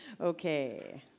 okay